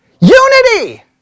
Unity